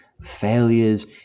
failures